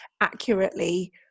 accurately